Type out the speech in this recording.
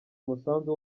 umusanzu